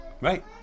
Right